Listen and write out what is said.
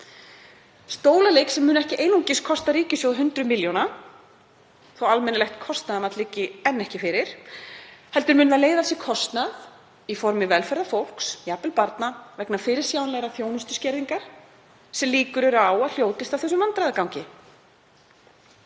stólaleik sem mun ekki einungis kosta ríkissjóð hundruð milljóna, þó að almennilegt kostnaðarmat liggi ekki fyrir, heldur muni leiða af sér kostnað í formi velferðar fólks, jafnvel barna, vegna fyrirsjáanlegrar þjónustuskerðingar sem líkur eru á að hljótist af þessum vandræðagangi.